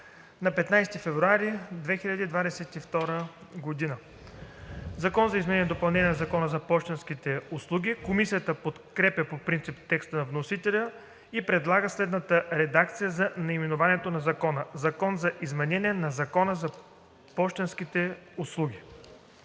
на 15 февруари 2022 г.“ „Закон за изменение и допълнение на Закона за пощенските услуги“. Комисията подкрепя по принцип текста на вносителя и предлага следната редакция за наименованието на Закона: „Закон за изменение на Закона за пощенските услуги“.